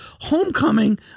Homecoming